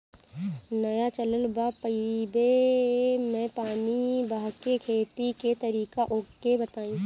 नया चलल बा पाईपे मै पानी बहाके खेती के तरीका ओके बताई?